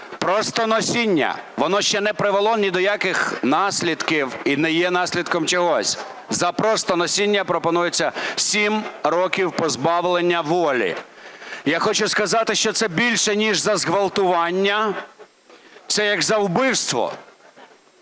просто носіння, воно ще не привело ні до яких наслідків і не є наслідком чогось, за просто носіння пропонується 7 років позбавлення волі. Я хочу сказати, що це більше, ніж за зґвалтування, це як за вбивство.